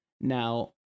now